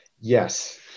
Yes